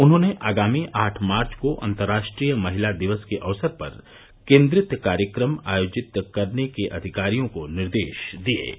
उन्होंने आगामी आठ मार्च को अतर्राष्ट्रीय महिला दिवस के अवसर पर केन्द्रित कार्यक्रम आयोजित करने के अधिकारियों को निर्देश दिये हैं